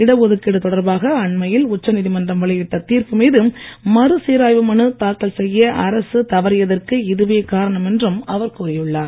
இடஒதுக்கீடு தொடர்பாக அண்மையில் உச்ச நீதிமன்றம் வெளியிட்ட தீர்ப்பு மீது மறு சீராய்வு மனு தாக்கல் செய்ய அரசு தவறியதற்கு இதுவே காரணம் என்றும் அவர் கூறியுள்ளார்